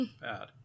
bad